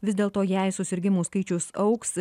vis dėlto jei susirgimų skaičius augs